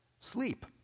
sleep